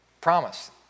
Promise